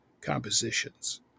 compositions